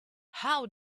how